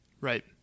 right